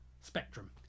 Spectrum